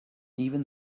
even